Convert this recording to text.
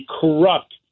corrupt